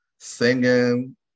singing